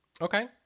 Okay